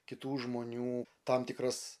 kitų žmonių tam tikras